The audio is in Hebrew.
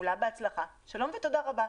שלום ותודה רבה.